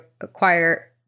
acquire